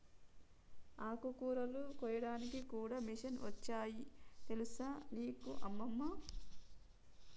ఆకుకూరలు కోయడానికి కూడా మిషన్లు వచ్చాయి తెలుసా నీకు అమ్మమ్మ